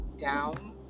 down